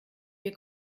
wir